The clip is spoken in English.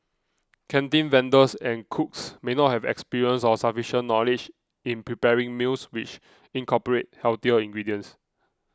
canteen vendors and cooks may not have experience or sufficient knowledge in preparing meals which incorporate healthier ingredients